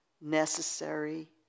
necessary